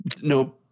No